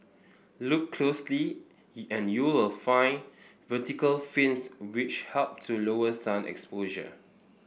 look closely and you'll find vertical 'fins' which help to lower sun exposure